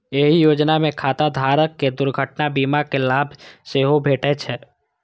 एहि योजना मे खाता धारक कें दुर्घटना बीमा के लाभ सेहो भेटै छै